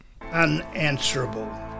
unanswerable